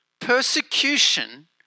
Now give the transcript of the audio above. Persecution